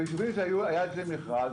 ביישובים שהיה בהם מכרז,